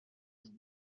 from